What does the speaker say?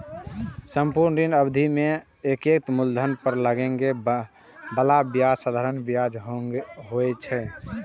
संपूर्ण ऋण अवधि मे एके मूलधन पर लागै बला ब्याज साधारण ब्याज होइ छै